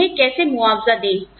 हम इन्हें कैसे मुआवजा दे